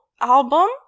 album